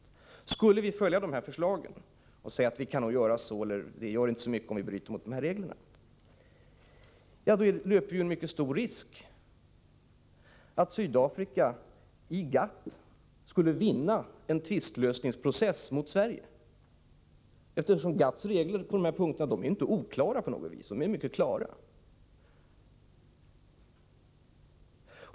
Om vi följer de framlagda förslagen och säger att det inte gör så mycket om vi bryter mot reglerna löper vi en mycket stor risk att Sydafrika skulle vinna en process mot Sverige när det gällde att lösa en tvist i GATT. GATT:s regler är nämligen inte på något sätt oklara på dessa punkter, utan de är mycket klara.